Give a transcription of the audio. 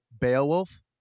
Beowulf